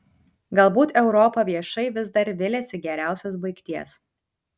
galbūt europa viešai vis dar viliasi geriausios baigties